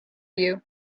you